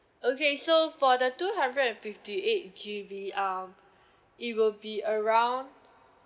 okay so for the two hundred and fifty eight G_B um it will be around